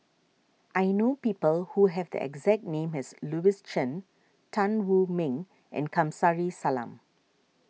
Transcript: I know people who have the exact name as Louis Chen Tan Wu Meng and Kamsari Salam